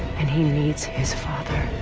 and he needs his father.